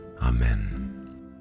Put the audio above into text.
Amen